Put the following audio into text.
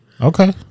Okay